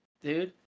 dude